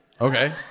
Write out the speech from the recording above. Okay